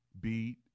beat